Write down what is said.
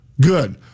Good